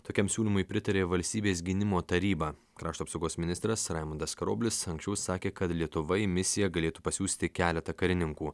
tokiam siūlymui pritarė valstybės gynimo taryba krašto apsaugos ministras raimundas karoblis anksčiau sakė kad lietuva į misiją galėtų pasiųsti keletą karininkų